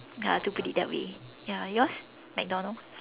ya to put it that way ya yours McDonald